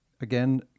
again